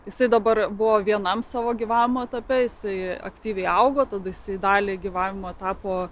jisai dabar buvo vienam savo gyvavimo etape jisai aktyviai augo tada dalį gyvavimo etapo